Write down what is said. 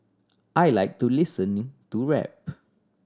I like to listening to rap